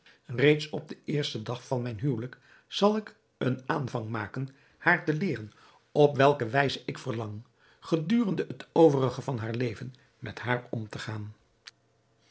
reeds op den eersten dag van mijn huwelijk zal ik een aanvang maken haar te leeren op welke wijze ik verlang gedurende het overige van haar leven met haar om te gaan